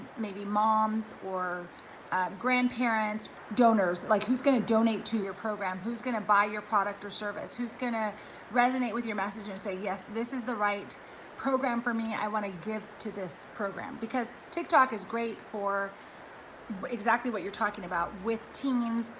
maybe moms or grandparents donors, like who's gonna donate to your program, who's gonna buy your product or service, who's gonna resonate with your message and say, yes, this is the right program for me i wanna give to this program, because tik tok is great for exactly what you're talking about, with teens